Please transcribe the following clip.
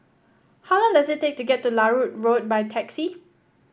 how long does it take to get to Larut Road by taxi